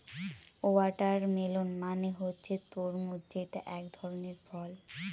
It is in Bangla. ওয়াটারমেলন মানে হচ্ছে তরমুজ যেটা এক ধরনের ফল